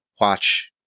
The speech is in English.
watch